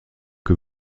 que